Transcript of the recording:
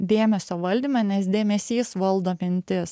dėmesio valdyme nes dėmesys valdo mintis